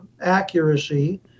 accuracy